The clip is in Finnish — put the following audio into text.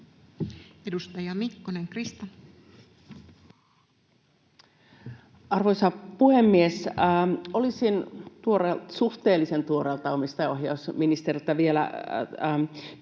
18:08 Content: Arvoisa puhemies! Olisin suhteellisen tuoreelta omistajaohjausministeriltä vielä kysynyt